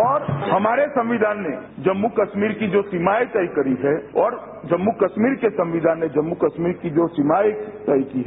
और हमारे संविधान ने जम्मू कश्मीर की जो सीमाएं तय करी हैं और जम्मू कश्मीर के संविधान ने जम्मू कश्मीर की जो सीमाएं तय करी हैं